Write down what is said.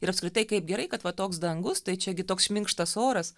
ir apskritai kaip gerai kad va toks dangus tai čia gi toks minkštas oras